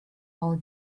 all